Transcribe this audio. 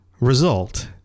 Result